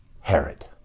Herod